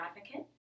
advocate